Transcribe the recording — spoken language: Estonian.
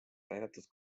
täidetud